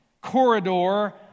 corridor